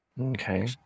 Okay